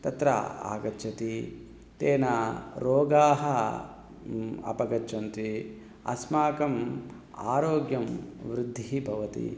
तत्र आगच्छति तेन रोगाः अपगच्छन्ति अस्माकम् आरोग्यं वृद्धिः भवति